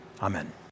Amen